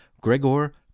Gregor